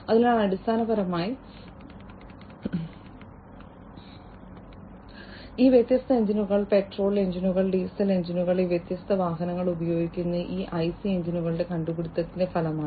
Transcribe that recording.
അതിനാൽ അടിസ്ഥാനപരമായി ഈ വ്യത്യസ്ത എഞ്ചിനുകൾ പെട്രോൾ എഞ്ചിനുകൾ ഡീസൽ എഞ്ചിനുകൾ ഈ വ്യത്യസ്ത വാഹനങ്ങൾ ഉപയോഗിക്കുന്ന ഈ ഐസി എഞ്ചിനുകളുടെ കണ്ടുപിടുത്തത്തിന്റെ ഫലമാണ്